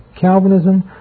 Calvinism